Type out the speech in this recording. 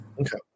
Okay